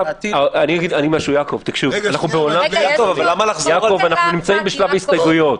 יעקב, אנחנו בשלב ההסתייגויות.